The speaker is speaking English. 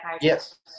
Yes